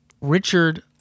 Richard